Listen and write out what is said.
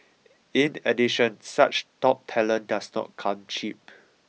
in addition such top talent does not come cheap